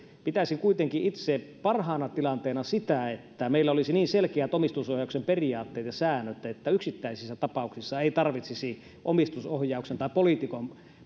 pitäisin kuitenkin itse parhaana tilanteena sitä että meillä olisi niin selkeät omistusohjauksen periaatteet ja säännöt että yksittäisissä tapauksissa ei tarvitsisi omistusohjauksen tai poliitikon